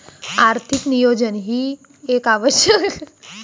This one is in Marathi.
आर्थिक नियोजन ही एक आवश्यक आणि महत्त्व पूर्ण आर्थिक प्रक्रिया आहे